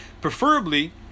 Preferably